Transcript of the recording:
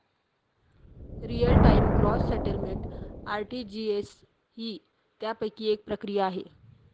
real time gross settlement RTGS ही त्यापैकी एक प्रक्रिया आहे